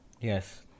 Yes